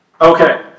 Okay